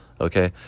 Okay